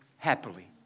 happily